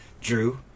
Drew